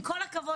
עם כל הכבוד,